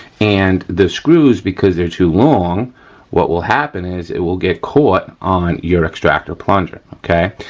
and the screws because they're too long what will happen is it will get caught on your extractor plunger, okay.